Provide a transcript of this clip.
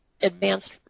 advanced